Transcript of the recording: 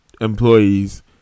employees